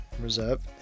reserve